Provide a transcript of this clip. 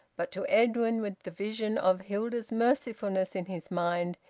but to edwin, with the vision of hilda's mercifulness in his mind,